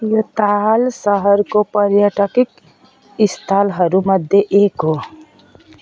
यो ताल सहरको पर्यटकीय स्थलहरूमध्ये एक हो